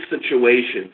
situations